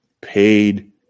Paid